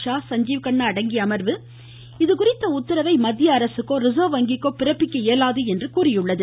ஷா சஞ்சீவ்கண்ணா அடங்கிய அமர்வு இதுதொடர்பான உத்தரவை மத்திய அரசுக்கோ ரிசர்வ் வங்கிக்கோ பிறப்பிக்க இயலாது என்று கூறியது